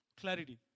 clarity